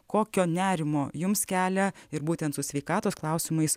kokio nerimo jums kelia ir būtent su sveikatos klausimais